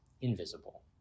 invisible